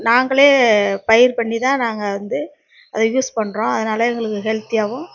நாங்களே பயிர் பண்ணித்தான் நாங்கள் வந்து அது யூஸ் பண்ணுறோம் அதனால எங்களுக்கு ஹெல்தியாகவும்